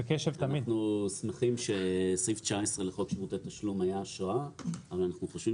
אנחנו שמחים שסעיף 19 לחוק שירות התשלום היה השראה אבל אנחנו חושבים